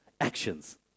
actions